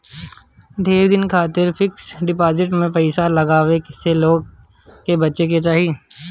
ढेर दिन खातिर फिक्स डिपाजिट में पईसा लगावे से लोग के बचे के चाही